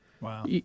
Wow